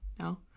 No